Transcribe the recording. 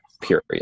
period